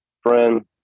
friend